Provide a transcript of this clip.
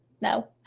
No